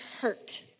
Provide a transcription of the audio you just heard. hurt